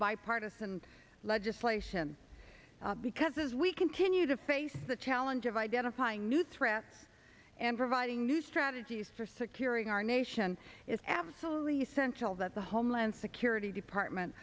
bipartisan legislation because as we continue to face the challenge of identifying new threats and providing new strategies for securing our nation is absolutely essential that the homeland security department